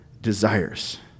desires